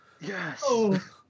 Yes